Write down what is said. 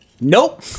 nope